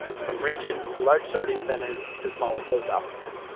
from region, to large sorting centers, to smaller post offices.